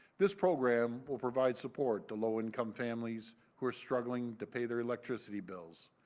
this program will provide support to low income families, who are struggling to pay their electricity bills.